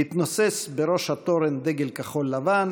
מתנוסס בראש התורן דגל כחול-לבן,